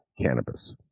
cannabis